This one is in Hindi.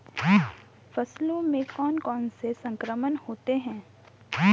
फसलों में कौन कौन से संक्रमण होते हैं?